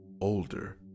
older